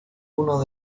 uno